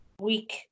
week